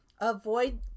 Avoid